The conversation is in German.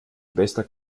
bester